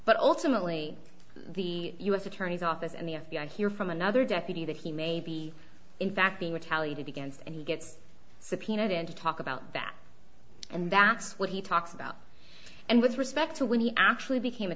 but ultimately the u s attorney's office and the f b i hear from another deputy that he may be in fact being retaliated against and he gets subpoenaed and to talk about that and that's what he talks about and with respect to when he actually became a